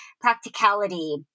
practicality